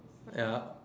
ya